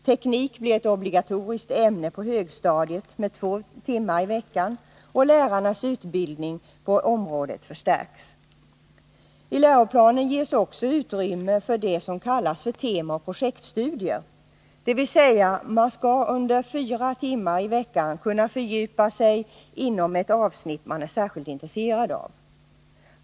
Teknik blir ett obligatoriskt ämne på högstadiet med två timmar i veckan, och lärarnas utbildning på området förstärks. I läroplanen ges också utrymme för det som kallas temaoch projektstudier, dvs. man skall under fyra timmar i veckan kunna fördjupa sig inom ett avsnitt som man är särskilt intresserad av.